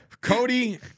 Cody